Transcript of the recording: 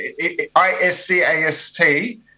ISCAST